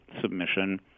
submission